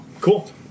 Cool